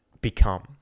become